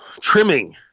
trimming